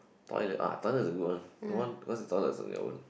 toilet ah toilet is the good one one cause the toilet is for your own